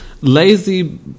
Lazy